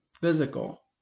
physical